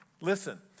listen